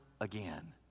again